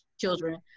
children